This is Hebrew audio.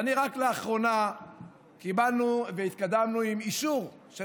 רק לאחרונה קיבלנו והתקדמנו עם אישור של